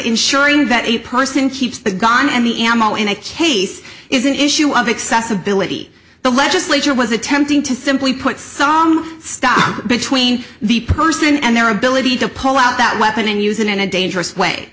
ensuring that a person keeps the gun and the ammo in a case is an issue of accessibility the legislature was attempting to simply put song stuck between the person and their ability to pull out that weapon and use it in a dangerous way